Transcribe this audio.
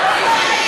טוב, בסדר גמור.